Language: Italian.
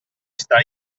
stai